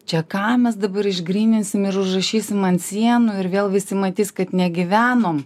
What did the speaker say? čia ką mes dabar išgryninsim ir užrašysim ant sienų ir vėl visi matys kad negyvenom